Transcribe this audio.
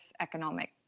economic